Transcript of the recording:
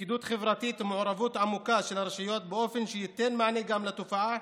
לכידות חברתית ומעורבות עמוקה של הרשויות באופן שגם ייתן מענה לתופעה